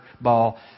ball